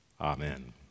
Amen